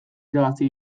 irabazi